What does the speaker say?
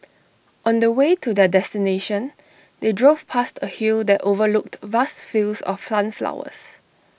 on the way to their destination they drove past A hill that overlooked vast fields of sunflowers